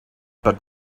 but